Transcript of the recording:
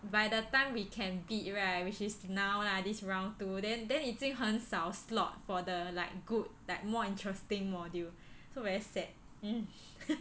by the time we can bid right which is now lah this round two then then 已经很少 slot for the like good like more interesting module so very sad